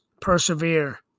Persevere